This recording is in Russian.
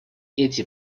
эти